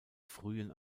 frühen